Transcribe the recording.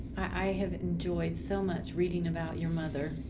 i have enjoyed so much reading about your mother.